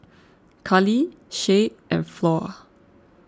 Carli Shay and Flor